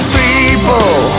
people